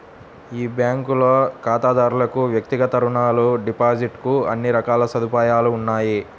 ఈ బ్యాంకులో ఖాతాదారులకు వ్యక్తిగత రుణాలు, డిపాజిట్ కు అన్ని రకాల సదుపాయాలు ఉన్నాయి